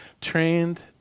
trained